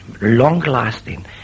long-lasting